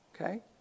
okay